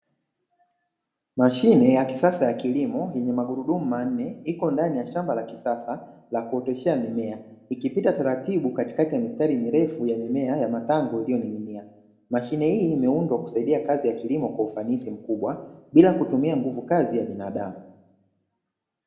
Mashine ya kisasa ya kilimo yenye magurudumu manne iko ndani ya shamba la kisasa la kuotesha mimea, ikipita taratibu katikati ya mistari mirefu ya mimea ya matango iliyoning'inia. Mashine hii imeundwa kusaidia kazi ya kilimo kwa ufanisi mkubwa bila kutumia nguvu kazi ya binadamu.